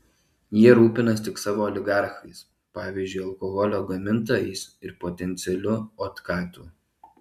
jie rūpinasi tik savo oligarchais pavyzdžiui alkoholio gamintojais ir potencialiu otkatu